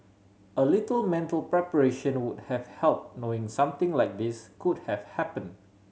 a little mental preparation would have help knowing something like this could have happen